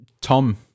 Tom